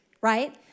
right